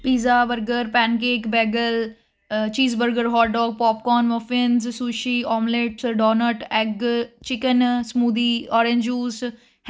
pizza burger pancake bagel cheese burger hot dog popcorn muffins sushi omelette donut egg chicken smoothie orange juice